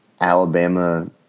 Alabama